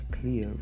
clear